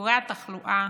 בשיעורי התחלואה,